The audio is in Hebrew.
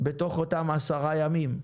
בתוך אותם עשרה ימים,